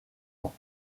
ans